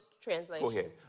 Translation